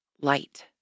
light